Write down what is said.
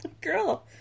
girl